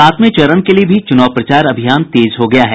सातवें चरण के लिए भी चुनाव प्रचार अभियान तेज हो गया है